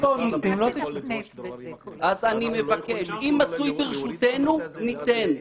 אני מבקש, אם מצוי ברשותנו, ניתן.